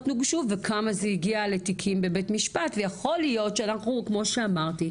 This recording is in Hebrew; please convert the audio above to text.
הוגשו וכמה זה הגיע לתיקים בבית משפט ויכול להיות שאנחנו כמו שאמרתי,